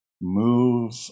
move